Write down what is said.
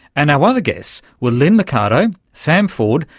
and our other guests were, lynn liccardo, sam ford,